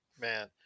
man